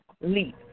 leap